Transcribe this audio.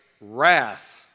wrath